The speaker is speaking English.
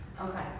Okay